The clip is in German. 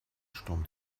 sturm